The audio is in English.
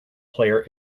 player